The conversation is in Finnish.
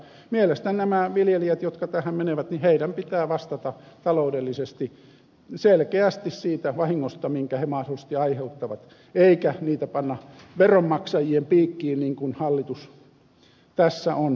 mielestäni näiden viljelijöiden jotka tähän menevät pitää vastata taloudellisesti selkeästi siitä vahingosta minkä he mahdollisesti aiheuttavat eikä niitä panna veronmaksajien piikkiin niin kuin hallitus tässä on tekemässä